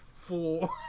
four